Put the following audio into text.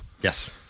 Yes